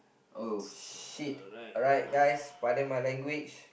oh shit alright guys pardon my language